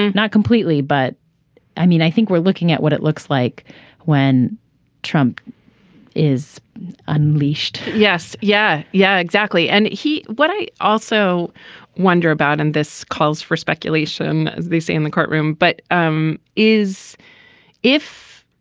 not completely but i mean i think we're looking at what it looks like when trump is unleashed yes. yeah. yeah exactly and he. what i also wonder about and this calls for speculation. they say in the courtroom but um is if.